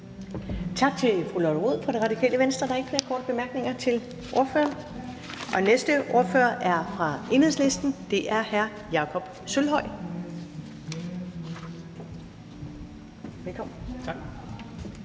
Tak til fru Lotte Rod fra Det Radikale Venstre. Der er ikke flere korte bemærkninger tak til ordføreren. Den næste ordfører er fra Enhedslisten, og det er hr. Jakob Sølvhøj. Velkommen. Kl.